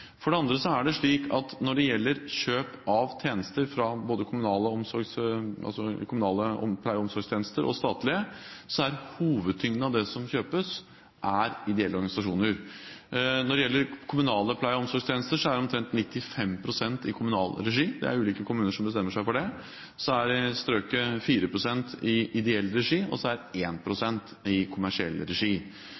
For det andre er det slik at når det gjelder kjøp av tjenester fra både kommunale og statlige pleie- og omsorgstjenester, er hovedtyngden av det som kjøpes, fra ideelle organisasjoner. Når det gjelder kommunale pleie- og omsorgstjenester, er det omtrent 95 pst. i kommunal regi. Det er ulike kommuner som bestemmer seg for det. Så er det i strøket 4 pst. i ideell regi og 1 pst. i kommersiell regi. Når det gjelder kjøp av tjenester fra de statlige helseforetakene, er